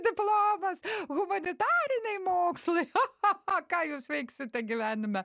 diplomas humanitariniai mokslai cha cha cha ką jūs veiksite gyvenime